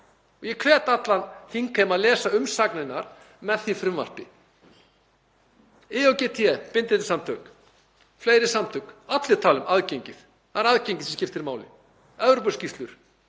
Ég hvet allan þingheim til að lesa umsagnirnar með því frumvarpi. IOGT, bindindissamtök, og fleiri samtök, allir tala um aðgengið, það er aðgengið sem skiptir máli. Evrópuskýrslur,